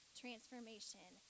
transformation